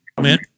man